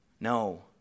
No